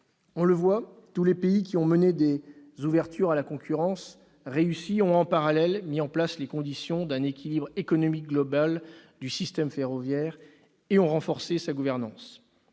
On le voit, tous les pays qui ont mené des ouvertures à la concurrence réussies ont, en parallèle, mis en place les conditions d'un équilibre économique global du système ferroviaire et ont renforcé sa gouvernance.